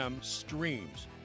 Streams